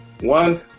One